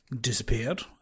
disappeared